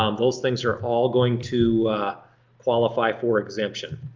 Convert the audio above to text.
um those things are all going to qualify for exemption.